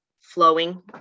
flowing